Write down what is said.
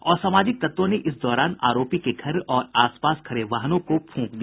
असामाजिक तत्वों ने इस दौरान आरोपी के घर और आसपास खड़े वाहनों को फूंक दिया